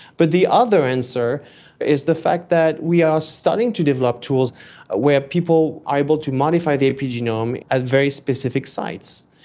but the other answer is the fact that we are starting to develop tools ah where people are able to modify the epigenome at very specific sites,